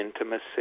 intimacy